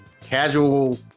casual